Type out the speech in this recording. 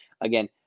Again